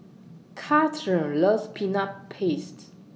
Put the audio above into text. Kathryn loves Peanut Paste